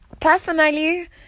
Personally